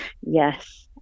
yes